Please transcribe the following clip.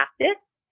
practice